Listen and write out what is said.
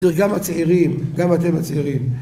גם הצעירים, גם אתם הצעירים.